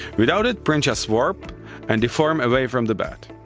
without it, prints just warp and deform away from the bed.